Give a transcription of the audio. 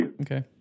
Okay